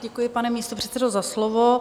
Děkuji, pane místopředsedo, za slovo.